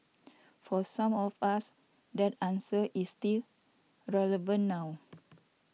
for some of us that answer is still relevant now